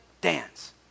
dance